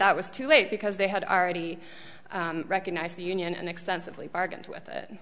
that was too late because they had already recognized the union and extensively bargained with it